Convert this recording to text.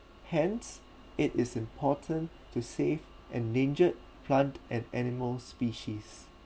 hence it is important to save endangered plant and animal species